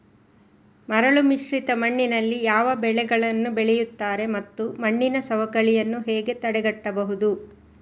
ಮರಳುಮಿಶ್ರಿತ ಮಣ್ಣಿನಲ್ಲಿ ಯಾವ ಬೆಳೆಗಳನ್ನು ಬೆಳೆಯುತ್ತಾರೆ ಮತ್ತು ಮಣ್ಣಿನ ಸವಕಳಿಯನ್ನು ಹೇಗೆ ತಡೆಗಟ್ಟಬಹುದು?